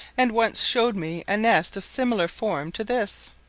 and once showed me a nest of similar form to this,